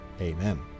amen